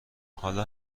حالا